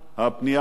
גם לשר האוצר,